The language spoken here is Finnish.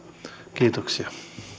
kiitoksia